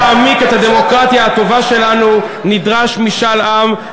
כדי להעמיק את הדמוקרטיה הטובה שלנו נדרש משאל עם,